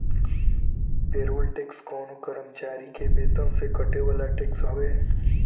payroll tax कवनो कर्मचारी के वेतन से कटे वाला टैक्स हवे